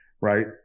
right